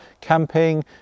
camping